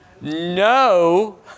No